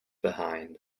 behind